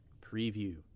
preview